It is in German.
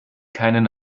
keinen